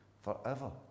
forever